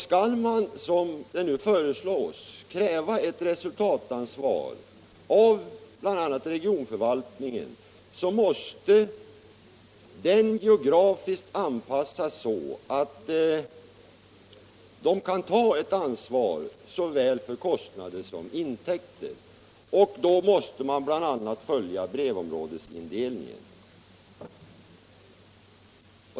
Skall man, som nu föreslås, kräva ott resultatansvar 'av bl.a. regionförvaltningen, måste den geografiskt anpassas så, att personalen kan ta ett ansvar såväl för kostnader som för intäkter. Då måste man bl.a. följa brevområdesindelningen.